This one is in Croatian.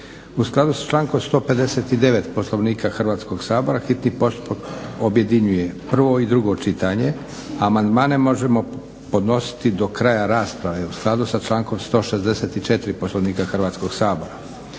u skladu s člankom 159. Poslovnika Hrvatskog sabora hitni postupak objedinjuje prvo i drugo čitanje, a amandmane možemo podnositi do kraja rasprave u skladu sa člankom 164. Poslovnika Hrvatskog sabora.